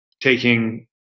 taking